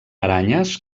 aranyes